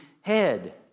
head